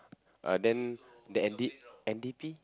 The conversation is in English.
uh then the N D N_D_P